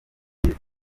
byiza